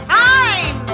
time